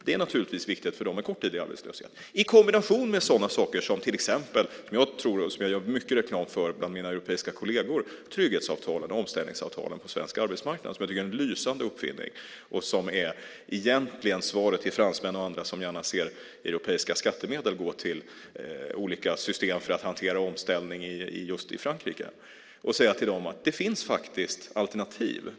Det är naturligtvis viktigt för dem med kort tid i arbetslöshet i kombination med sådana saker som till exempel - och det gör jag mycket reklam för bland mina europeiska kolleger - trygghetsavtalen, omställningsavtalen på svensk arbetsmarknad. Det tycker jag är en lysande uppfinning som egentligen är svaret till fransmän och andra som gärna ser europeiska skattemedel gå till olika system för att hantera omställning just i Frankrike. Man kan säga till dem: Det finns faktiskt alternativ.